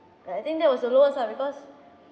like I think that was the lowest lah because